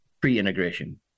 pre-integration